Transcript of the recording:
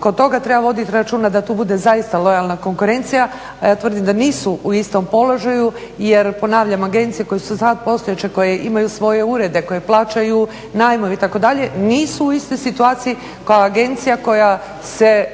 Kod toga treba voditi računa da tu bude zaista lojalna konkurencija, a ja tvrdim da nisu u istom položaju. Jer ponavljam, agencije koje su sad postojeće koje imaju svoje urede, koje plaćaju najmove itd. nisu u istoj situaciji kao agencija koja se